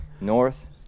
North